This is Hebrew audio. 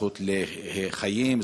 הזכות לחיים,